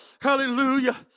Hallelujah